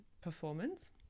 performance